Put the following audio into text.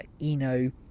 eno